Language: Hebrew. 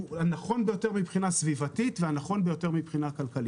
הנכון ביותר סביבתית וגם הנכון ביותר כלכלית.